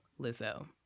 Lizzo